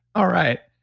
all right,